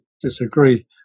disagree